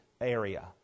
area